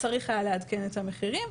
צריך היה לעדכן את המחירים.